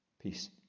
Peace